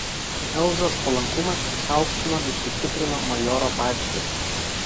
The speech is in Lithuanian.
elzos palankumas išaukštino ir sustiprino majoro padėtį